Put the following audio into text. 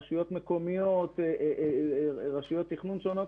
רשויות מקומיות ורשויות תכנון שונות